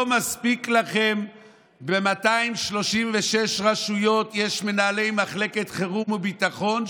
לא מספיק לכם שב-236 רשויות יש מנהלי מחלקת חירום וביטחון,